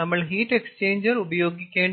നമ്മൾ heat exchanger ഉപയോഗിക്കേണ്ടതുണ്ട്